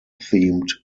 themed